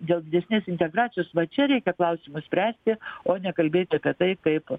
dėl didesnės integracijos va čia reikia klausimus spręsti o ne kalbėti apie tai kaip